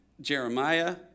Jeremiah